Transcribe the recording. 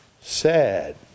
sad